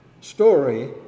story